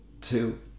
two